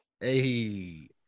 hey